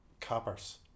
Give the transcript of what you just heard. coppers